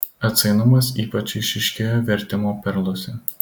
atsainumas ypač išryškėjo vertimo perluose